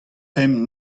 pemp